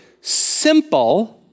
simple